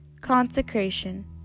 Consecration